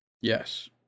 Yes